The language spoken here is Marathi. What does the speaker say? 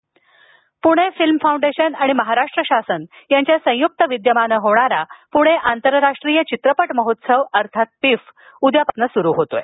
प्णे फिल्म फाउंडेशन आणि महाराष्ट्र शासन यांच्या संयुक्त विद्यमाने होणारा पुणे आंतरराष्ट्रीय चित्रपट महोत्सव अर्थात पिफ उद्यापासून सुरू होत आहे